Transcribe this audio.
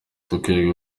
dukwiye